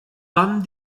vam